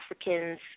Africans